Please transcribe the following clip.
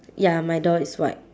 ya my door is white